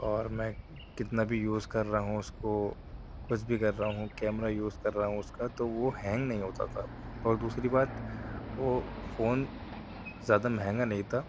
اور میں کتنا بھی یوز کر رہا ہوں اس کو کچھ بھی کر رہا ہوں کیمرہ یوز کر رہا ہوں اس کا تو وہ ہینگ نہیں ہوتا تھا اور دوسری بات وہ فون زیادہ مہنگا نہیں تھا